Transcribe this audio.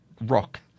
Rock